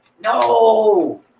No